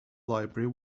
library